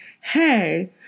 hey